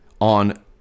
on